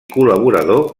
col·laborador